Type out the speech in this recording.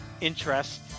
interest